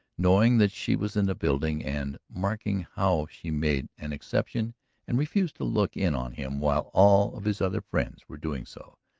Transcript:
knowing that she was in the building and marking how she made an exception and refused to look in on him while all of his other friends were doing so,